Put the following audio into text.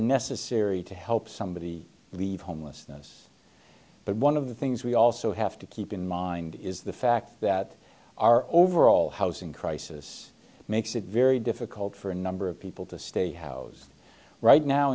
necessary to help somebody leave homelessness but one of the things we also have to keep in mind is the fact that our overall housing crisis makes it very difficult for a number of people to stay housed right now